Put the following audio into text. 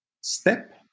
step